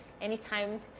anytime